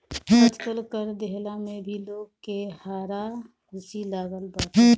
आजकल कर देहला में भी लोग के हारा हुसी लागल बाटे